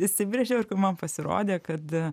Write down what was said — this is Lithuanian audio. įsibrėžiau ir kur man pasirodė kad